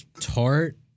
tart